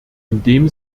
indem